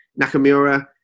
Nakamura